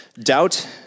doubt